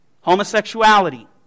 homosexuality